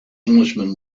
englishman